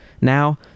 now